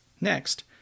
Next